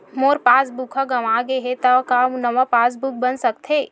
मोर passbook ह गंवा गे हे त का नवा पास बुक बन सकथे?